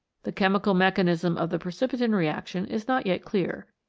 the chemical mechanism of the precipitin reaction is not yet clear.